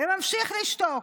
וממשיך לשתוק,